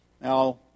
Now